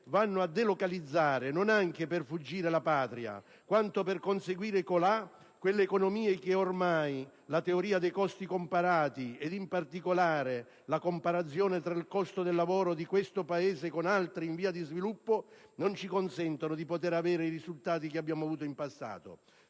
vanno a delocalizzare non anche per fuggire la Patria quanto per conseguire colà quelle economie che ormai - come mostra la teoria dei costi comparati e, in particolare, la comparazione del costo del lavoro di questo Paese con quello di altri in via di sviluppo - non ci consentono di poter avere i risultati che abbiamo avuto in passato.